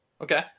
Okay